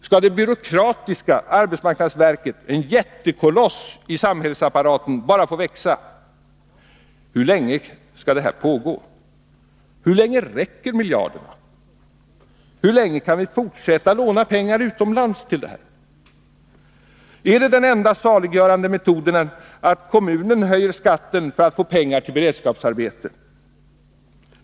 Skall det byråkratiska arbetsmarknadsverket — en jättekoloss i samhällsapparaten — bara få växa? Hur länge skall detta pågå? Hur länge räcker miljarderna? Hur länge kan vi fortsätta låna pengar utomlands till detta? Är den enda saliggörande metoden att kommunerna höjer skatten för att få pengar till beredskapsarbeten?